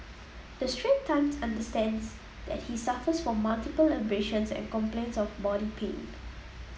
the Straits Times understands that he suffers from multiple abrasions and complains of body pain